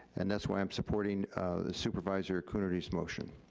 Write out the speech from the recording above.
and that's why i'm supporting supervisor coonerty's motion.